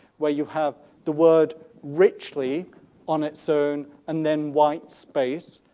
where you have the word richly on its own and then white space,